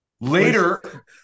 Later